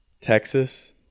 Texas